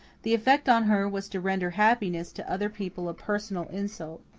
the effect on her was to render happiness to other people a personal insult.